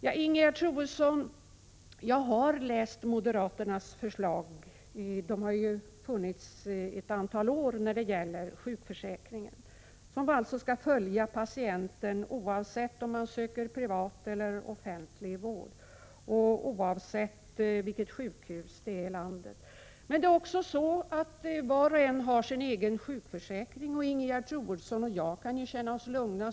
Jag har, Ingegerd Troedsson, läst moderaternas förslag när det gäller sjukförsäkringen; de har ju funnits i ett antal år. Sjukförsäkringen skall enligt moderaterna följa patienten oavsett om han söker privat eller offentlig vård och oavsett vilket sjukhus i landet det blir fråga om. Men var och en har ju sin egen sjukförsäkring. Ingegerd Troedsson och jag kan känna oss lugna.